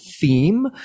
theme